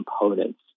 components